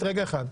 תרים את הכפפה.